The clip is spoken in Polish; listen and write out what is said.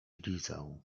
lizał